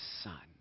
Son